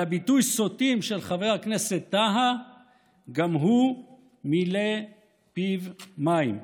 על הביטוי "סוטים" של חבר הכנסת טאהא גם הוא מילא פיו מים.